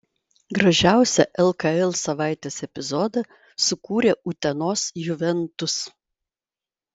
gražiausią lkl savaitės epizodą sukūrė utenos juventus